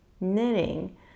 knitting